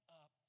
up